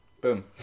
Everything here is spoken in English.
Boom